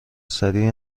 سریع